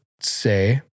say